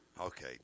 Okay